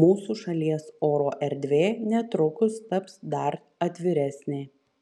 mūsų šalies oro erdvė netrukus taps dar atviresnė